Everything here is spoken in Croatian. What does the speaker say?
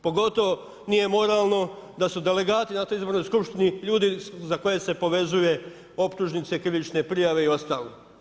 Pogotovo nije moralno da su delegati na toj izbornoj skupštini ljudi za koje se povezuje optužnice, krivične prijave i ostalo.